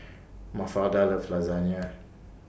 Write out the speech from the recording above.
Mafalda loves Lasagna